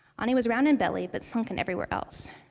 um anie was round in belly, but sunken everywhere else.